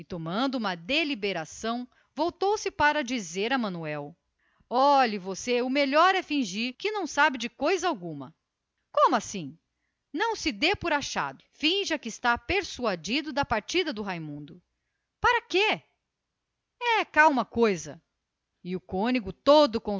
por uma idéia voltou-se para manuel olhe você o melhor é fingir que não sabe de coisa alguma compreende como assim não se dê por achado finja que estás deveras persuadido da partida de raimundo para quê é cá uma coisa e o cônego